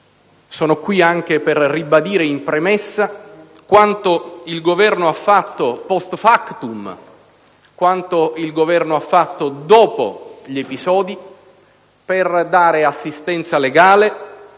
Sono qui anche per ribadire in premessa quanto il Governo ha fatto *post factum*, quanto il Governo ha fatto dopo gli episodi per dare assistenza legale,